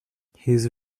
his